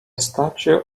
statue